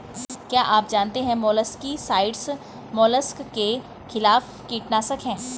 क्या आप जानते है मोलस्किसाइड्स मोलस्क के खिलाफ कीटनाशक हैं?